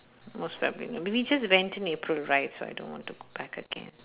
most probably no we we just went in april right so I don't want to go back again